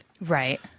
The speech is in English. right